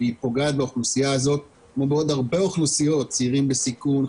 היא פוגעת באוכלוסייה הזאת ובעוד הרבה אוכלוסיות כמו צעירים בסיכון,